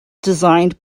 designed